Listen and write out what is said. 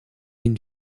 une